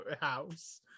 house